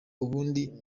ubundi